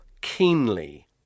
keenly